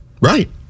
Right